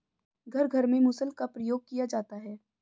घर घर में मुसल का प्रयोग किया जाता है